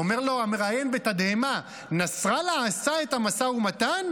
אומר לו המראיין בתדהמה: נסראללה עשה את המשא-ומתן?